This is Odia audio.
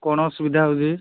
କ'ଣ ଅସୁବିଧା ହେଉଛି